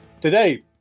today